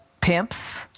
pimps